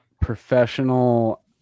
professional